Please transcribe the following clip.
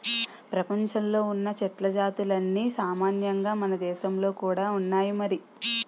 ప్రపంచంలో ఉన్న చెట్ల జాతులన్నీ సామాన్యంగా మనదేశంలో కూడా ఉన్నాయి మరి